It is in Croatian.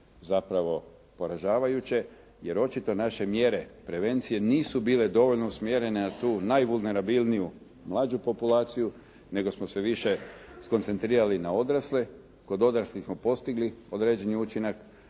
zapravo poražavajuće jer očito naše mjere prevencije nisu bile dovoljno usmjerene na tu najvulnerabilniju mlađu populaciju, nego smo se više skoncentrirali na odrasle. Kod odraslih smo postigli određeni učinak,